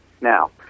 Now